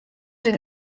den